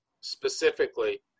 specifically